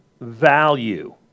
value